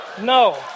No